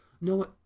no